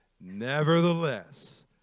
Nevertheless